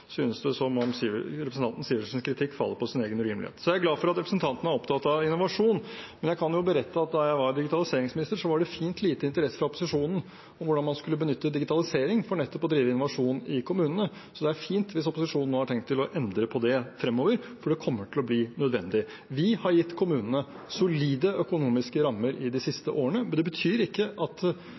jeg glad for at representanten er opptatt av innovasjon, men jeg kan berette at da jeg var digitaliseringsminister, var det fint lite interesse fra opposisjonen for hvordan man skulle benytte digitalisering for nettopp å drive innovasjon i kommunene. Det er fint hvis opposisjonen nå har tenkt å endre på det fremover, for det kommer til å bli nødvendig. Vi har gitt kommunene solide økonomiske rammer de siste årene, men det betyr ikke at